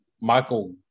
Michael